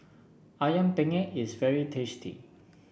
ayam Penyet is very tasty